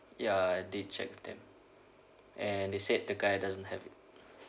ya they check them and they said the guy doesn't have it